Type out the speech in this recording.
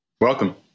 Welcome